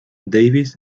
david